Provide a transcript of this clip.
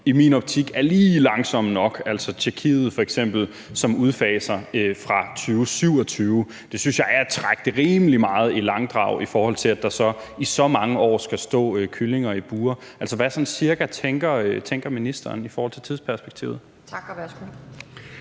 i min optik er lige langsomme nok, altså f.eks. Tjekkiet, som udfaser fra 2027. Det synes jeg er at trække det rimelig meget i langdrag, i forhold til at der så i så mange år skal stå kyllinger i bure. Altså, hvad sådan cirka tænker ministeren i forhold til tidsperspektivet? Kl.